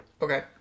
Okay